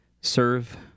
serve